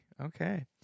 Okay